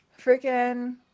freaking